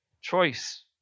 choice